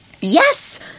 Yes